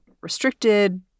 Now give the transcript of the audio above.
restricted